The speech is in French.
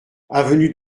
avenue